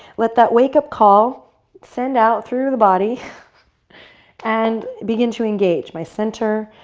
let that wakeup call send out through the body and begin to engage my center,